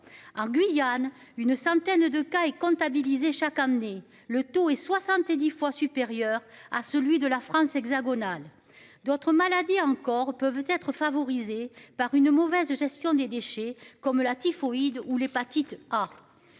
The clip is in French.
en Guyane. Une centaine de cas et comptabilisé chaque année, le taux est 70 fois supérieur à celui de la France hexagonale. D'autres maladies encore peuvent être favorisée par une mauvaise gestion des déchets comme la typhoïde ou l'hépatite A.